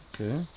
Okay